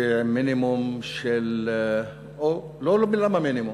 ועם מינימום של, למה מינימום?